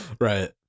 right